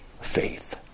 faith